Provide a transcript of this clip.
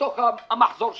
בתוך המחזור שלו?